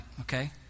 okay